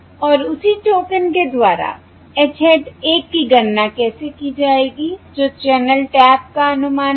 और उसी टोकन के द्वारा h hat 1 की गणना कैसे की जाएगी जो चैनल टैप का अनुमान है